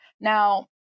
Now